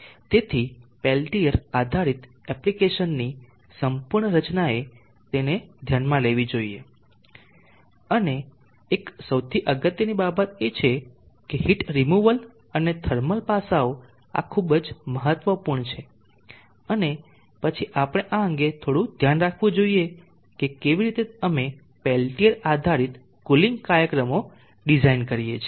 તેથી પેલ્ટીઅર આધારિત એપ્લિકેશનની સંપૂર્ણ રચનાએ તેને ધ્યાનમાં લેવી જોઈએ અને એક સૌથી અગત્યની બાબત એ છે કે હીટ રિમૂવલ અને થર્મલ પાસાઓ આ ખૂબ જ મહત્વપૂર્ણ છે અને પછી આપણે આ અંગે થોડું ધ્યાન રાખવું જોઈએ કે કેવી રીતે અમે પેલ્ટીઅર આધારિત કુલિંગ કાર્યક્રમો ડિઝાઇન કરીએ છીએ